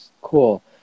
Cool